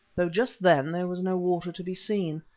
though just then there was no water to be seen.